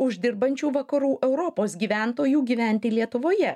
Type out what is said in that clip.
uždirbančių vakarų europos gyventojų gyventi lietuvoje